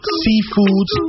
seafoods